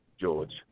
George